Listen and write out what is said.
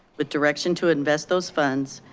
with direction to invest those funds